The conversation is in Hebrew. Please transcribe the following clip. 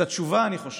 את התשובה, אני חושב,